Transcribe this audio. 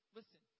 listen